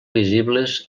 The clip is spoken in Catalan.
visibles